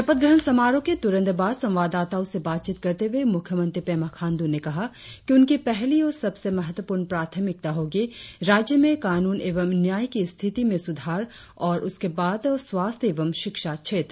शपथ ग्रहण समारोह के त्ररंत बाद संवाददाताओं से बातचीत करते हुए मुख्यमंत्री पेमा खांड्र ने कहा कि उनकी पहली और सबसे महत्वपूर्ण प्राथमिकता होगी राज्य में कानून एवं न्याय की स्थिति में सुधार उसके बाद स्वास्थ्य एवं शिक्षा क्षेत्र